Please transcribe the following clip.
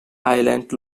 island